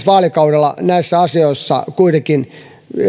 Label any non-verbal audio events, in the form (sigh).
(unintelligible) vaalikaudella näissä asioissa kuitenkin